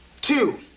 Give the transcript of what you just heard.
two